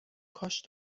کاش